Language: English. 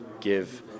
give